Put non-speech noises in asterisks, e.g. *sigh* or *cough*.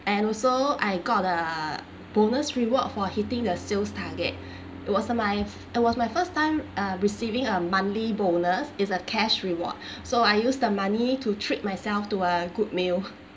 and also I got a bonus reward for hitting the sales target *breath* it was my it was my first time uh receiving a monthly bonus is a cash reward *breath* so I use the money to treat myself to a good meal